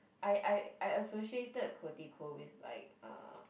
I I I associated with like uh